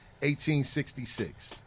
1866